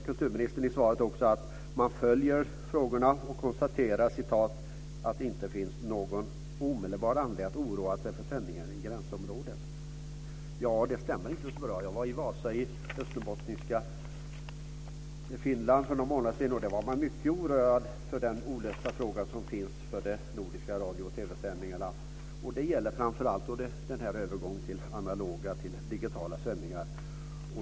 Kulturministern säger också i svaret att man följer frågorna och konstaterar att det inte finns någon omedelbar anledning att oroa sig för sändningar i gränsområden. Det stämmer inte så bra. Jag var i Vasa i österbottniska Finland för någon månad sedan. Där var man mycket oroad över den olösta frågan om de nordiska radio och TV-sändningarna. Det gäller framför allt övergången från analoga till digitala sändningar.